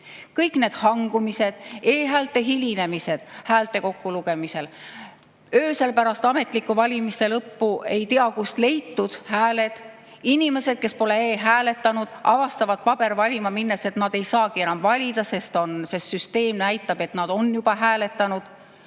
need hangumised, e‑häälte hilinemised häälte kokkulugemisel, öösel pärast valimiste ametlikku lõppu ei tea kust leitud hääled. Inimesed, kes pole e‑hääletanud, avastavad pabervalima minnes, et nad ei saagi enam valida, sest süsteem näitab, et nad on juba hääletanud.